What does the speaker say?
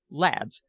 lads,